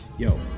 Yo